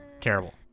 terrible